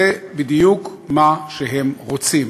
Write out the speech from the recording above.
זה בדיוק מה שהם רוצים,